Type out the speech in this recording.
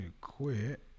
Quit